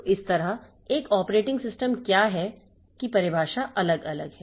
तो इस तरह एक ऑपरेटिंग सिस्टम क्या है की परिभाषा अलग अलग है